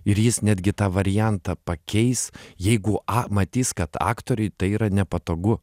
ir jis netgi tą variantą pakeis jeigu matys kad aktoriui tai yra nepatogu